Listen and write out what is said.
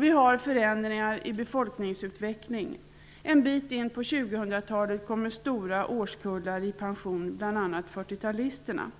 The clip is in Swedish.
Vi har förändringar i befolkningsutvecklingen. En bit in på 2000-talet kommer stora årskullar att gå i pension, bl.a. 40-talisterna.